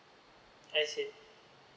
I see